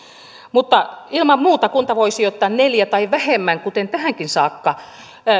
mutta ilman muuta kunta voi sijoittaa neljä tai vähemmän kuten tähänkin saakka